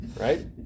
right